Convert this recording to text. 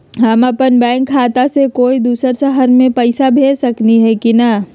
हम अपन बैंक खाता से कोई दोसर शहर में पैसा भेज सकली ह की न?